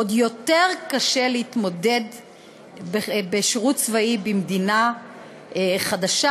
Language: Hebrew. עוד יותר קשה להתמודד עם שירות צבאי במדינה חדשה,